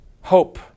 Hope